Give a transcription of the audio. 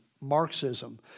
Marxism